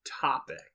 topic